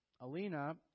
Alina